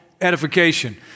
edification